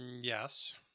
Yes